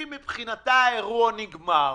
מבחינתה האירוע נגמר,